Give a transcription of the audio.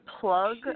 plug